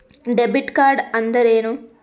Debit ಕಾರ್ಡ್ಅಂದರೇನು?